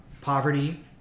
poverty